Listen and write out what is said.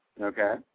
Okay